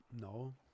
No